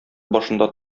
башында